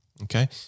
Okay